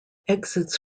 exits